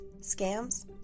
scams